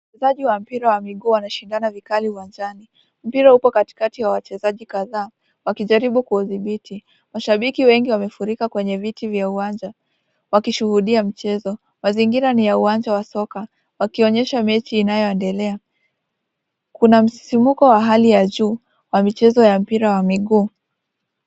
Wachezaji wa mpira wa miguu wanashindana vikali uwanjani, mpira upo katikati ya wachezaji kadhaa wakijaribu kuudhibiti, mashabiki wengi wamefurika kwenye viti vya uwanja, wakishuhudia mchezo, mazingira ni ya uwanja wa soka wakionyesha mechi inayoendelea, kuna msisimuko wa hali ya juu ya mchezo wa mpira wa miguu.